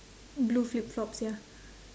blue flip-flops ya